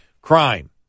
Crime